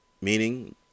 Meaning